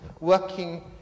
working